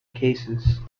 cases